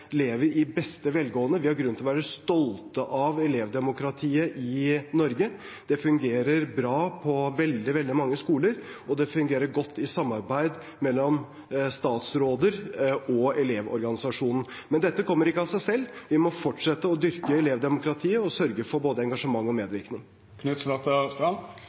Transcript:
fungerer bra på veldig, veldig mange skoler, og det fungerer godt i samarbeid mellom statsråder og Elevorganisasjonen. Men dette kommer ikke av seg selv, vi må fortsette å dyrke elevdemokratiet og sørge for både engasjement og